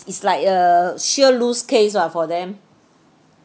it's like a sure lose case [what] for them